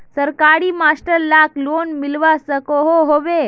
सरकारी मास्टर लाक लोन मिलवा सकोहो होबे?